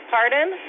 Pardon